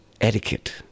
etiquette